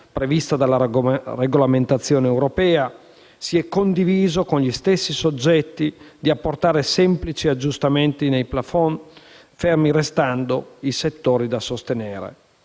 prevista dalla regolamentazione europea, si è condiviso con gli stessi soggetti di apportare semplici aggiustamenti nei *plafond*, fermi restando i settori da sostenere.